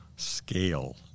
Scale